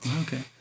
okay